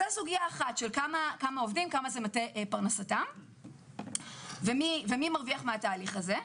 זו סוגיה אחת של כמה עובדים וכמה זה מטה לחמם ומי מרוויח מהתהליך הזה.